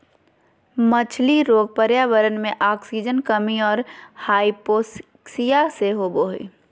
मछली रोग पर्यावरण मे आक्सीजन कमी और हाइपोक्सिया से होबे हइ